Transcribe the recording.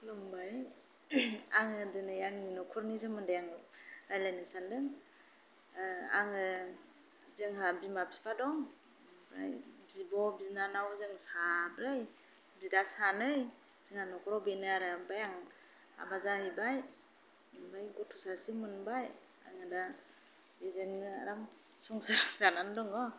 खुलुमबाय आङो दिनै आंनि नखरनि सोमोन्दै रायलायनो सान्दों आङो जोंहा बिमा बिफा दं ओमफ्राय बिब' बिनानाव जों साब्रै बिदा सानै जोंहा नखराव बेनो आरो ओमफ्राय आं हाबा जाहैबाय ओमफ्राय गथ' सासे मोनबाय आरो दा बेजोंनो आराम संसार जानानै दङ